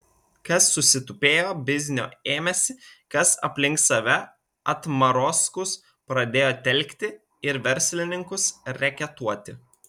kas susitupėjo biznio ėmėsi kas aplink save atmarozkus pradėjo telkti ir verslininkus reketuoti